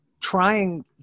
trying